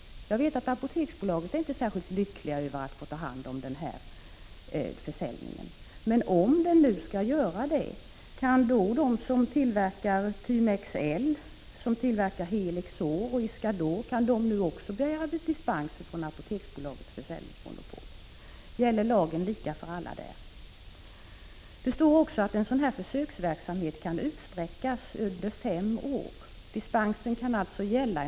Jag vet att Apoteksbolaget inte är särskilt lyckligt över att få ta hand om den här försäljningen, men om man nu skall göra det, kan då de som tillverkar Thymex-L, Helixor och Iscador också begära dispens från Apoteksbolagets försäljningsmonopol? Gäller lagen lika för alla? Det står också att en sådan här försöksverksamhet kan utsträckas i upp till fem år.